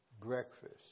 breakfast